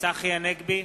צחי הנגבי,